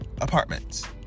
apartments